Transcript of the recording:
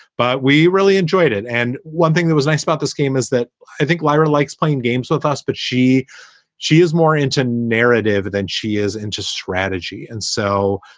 but we really enjoyed it. and one thing that was nice about this game is that i think lyra likes playing games with us, but she she is more into narrative than she is into strategy. and so,